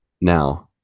Now